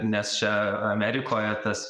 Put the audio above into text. nes čia amerikoje tas